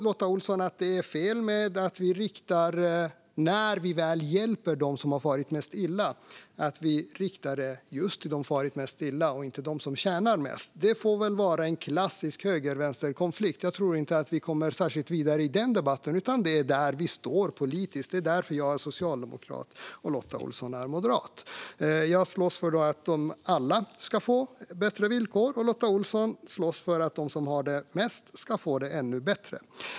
Lotta Olsson tycker att det är fel att vi när vi väl hjälper dem som har farit mest illa riktar stödet just till dem och inte till dem som tjänar mest. Det får väl vara en klassisk höger-vänster-konflikt. Jag tror inte att vi kommer särskilt mycket längre i den debatten, utan det är där vi står politiskt. Det är därför jag är socialdemokrat och Lotta Olsson är moderat. Jag slåss för att alla ska få bättre villkor, och Lotta Olsson slåss för att de som har mest ska få det ännu bättre.